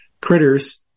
critters